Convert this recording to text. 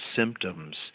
symptoms